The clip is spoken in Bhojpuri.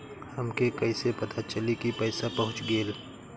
हमके कईसे पता चली कि पैसा पहुच गेल?